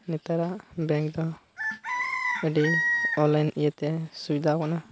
ᱱᱮᱛᱟᱨᱟᱜ ᱵᱮᱝᱠ ᱫᱚ ᱟᱹᱰᱤ ᱚᱱᱞᱤᱭᱟᱱ ᱤᱭᱟᱹ ᱛᱮ ᱥᱩᱵᱤᱫᱷᱟᱣ ᱠᱟᱱᱟ